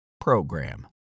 program